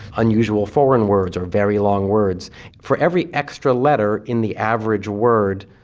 unusual foreign words or very long words for every extra letter in the average word,